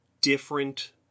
different